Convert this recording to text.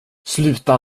sluta